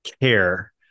care